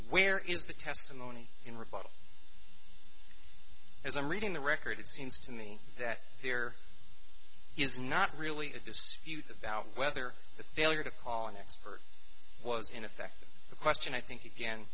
where is the testimony in rebuttal as i'm reading the record it seems to me that there is not really a dispute about whether the failure to call an expert was in effect the question i think